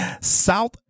South